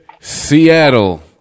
Seattle